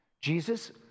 Jesus